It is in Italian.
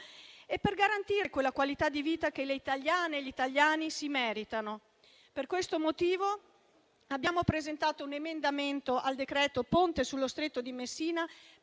e garantire la qualità della vita che le italiane e gli italiani si meritano. Per questo motivo abbiamo presentato un emendamento al decreto Ponte sullo Stretto di Messina,